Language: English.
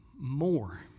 more